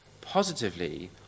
positively